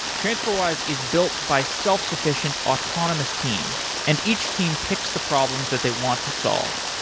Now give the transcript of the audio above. transferwise is built by self-sufficient autonomous teams and each team picks the problems that they want to solve.